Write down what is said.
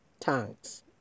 Thanks